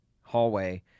hallway